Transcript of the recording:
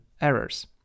errors